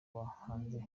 bahanzi